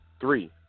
three